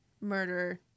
murder